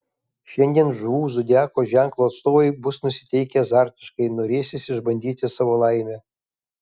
šiandien žuvų zodiako ženklo atstovai bus nusiteikę azartiškai norėsis išbandyti savo laimę